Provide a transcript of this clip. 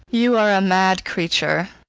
you are a mad creature.